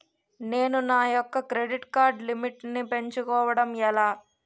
నేను నా యెక్క క్రెడిట్ కార్డ్ లిమిట్ నీ పెంచుకోవడం ఎలా?